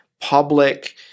public